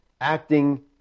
acting